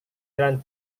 jalan